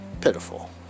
Pitiful